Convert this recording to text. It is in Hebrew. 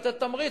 לתת תמריץ,